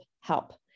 help